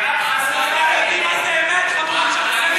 ההצעה להעביר את הנושא לוועדת הכנסת לא